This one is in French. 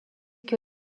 que